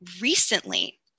recently